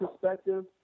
perspective